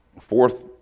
Fourth